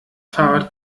fahrrad